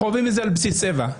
וחווים את זה על בסיס צבע.